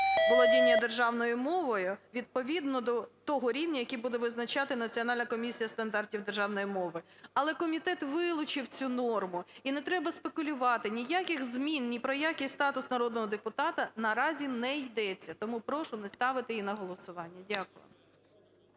володіння державною мовою відповідно до того рівня, який буде визначати Національна комісія стандартів державної мови. Але комітет вилучив цю норму і не треба спекулювати, ніяких змін, ні про який статус народного депутата наразі не йдеться. Тому прошу не ставити її на голосування. Дякую.